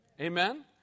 Amen